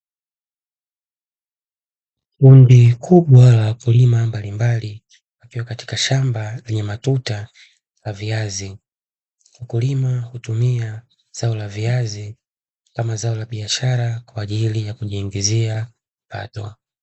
Wakulima mbalimbali wakiwa katika shamba la matuta la viazi, wakulima hutumia zao la viazi kama zao la biashara kwa ajili ya kujiingizia kipato.